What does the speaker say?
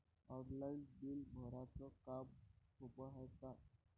Online bill भराच काम सोपं हाय का?